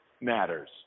matters